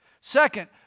Second